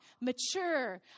mature